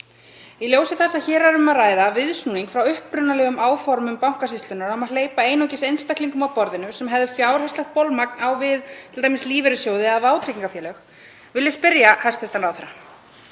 Í ljósi þess að hér er um að ræða viðsnúning frá upprunalegum áformum Bankasýslunnar um að hleypa einungis einstaklingum að borðinu sem hefðu fjárhagslegt bolmagn á við t.d. lífeyrissjóði eða vátryggingafélög vil ég spyrja hæstv. ráðherra: